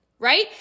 right